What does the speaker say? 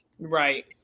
right